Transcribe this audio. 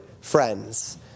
friends